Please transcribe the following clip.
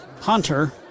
hunter